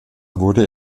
wurde